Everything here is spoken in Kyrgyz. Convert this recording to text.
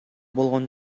болгон